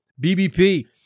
bbp